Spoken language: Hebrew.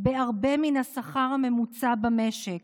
בהרבה מן השכר הממוצע במשק,